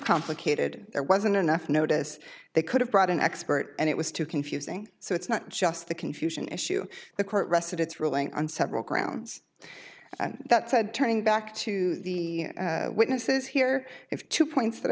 complicated there wasn't enough notice they could have brought an expert and it was too confusing so it's not just the confusion issue the court rested its ruling on several grounds that said turning back to the witnesses here if two points that